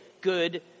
good